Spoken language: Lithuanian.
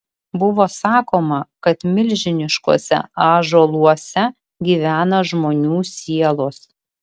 buvo sakoma kad milžiniškuose ąžuoluose gyvena žmonių sielos